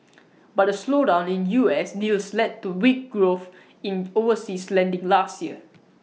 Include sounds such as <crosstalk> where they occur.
<noise> but A slowdown in U S deals led to weak growth in overseas lending last year